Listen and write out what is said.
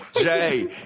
Jay